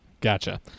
gotcha